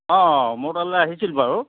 অঁ মোৰ তালৈ আহিছিল বাৰু